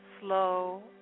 slow